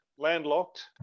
Landlocked